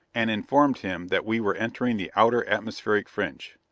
and informed him that we were entering the outer atmospheric fringe.